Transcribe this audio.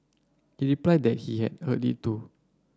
he replied that he had heard it too